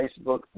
Facebook